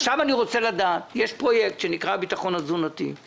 עכשיו אני רוצה לדעת: יש פרויקט שנקרא הביטחון התזונתי.